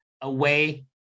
away